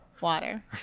Water